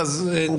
נעדכן.